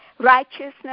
righteousness